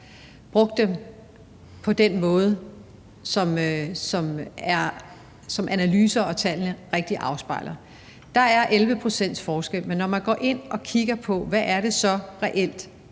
brugt dem på den måde, som analyser og undersøgelser rigtigt afspejler. Der er 11 pct.s forskel, men når man går ind og kigger på det her, hvad er det så egentlig,